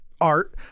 art